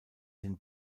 den